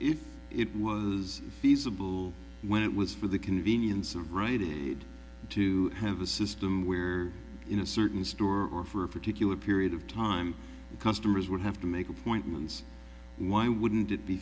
if it was feasible when it was for the convenience of righted to have a system where in a certain store or for a particular period of time customers would have to make appointments why wouldn't it be